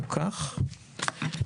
כך אני